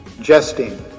jesting